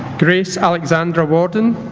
grace alexandra warden